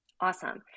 awesome